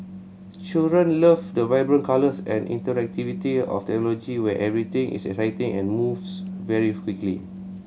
children love the vibrant colours and interactivity of technology where everything is exciting and moves very quickly